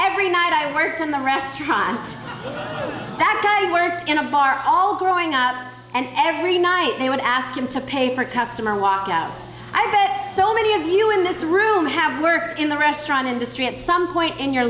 every night i worked in the restaurant that guy worked in a bar all growing up and every night they would ask him to pay for customer walkouts i bet so many of you in this room have worked in the restaurant industry at some point in your